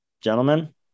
Gentlemen